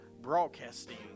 Broadcasting